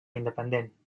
independent